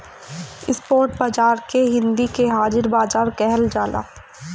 spot बाजार के हिंदी में हाजिर बाजार कहल जाला